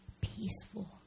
peaceful